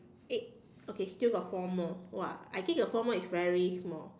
eight okay still got four more !wah! I think the four more is very small